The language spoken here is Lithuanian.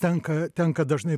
tenka tenka dažnai